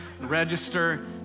register